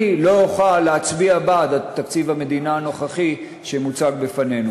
אני לא אוכל להצביע בעד תקציב המדינה הנוכחי שמוצג בפנינו.